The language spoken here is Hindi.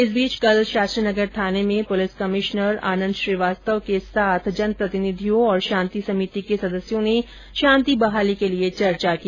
इस बीच कल शास्त्रीनगर थाने में पुलिस कमिश्नर आनंद श्रीवास्तव के साथ जनप्रतिनिधियों और शांतिसमिति के सदस्यों ने शांति बहाली के लिये चर्चा की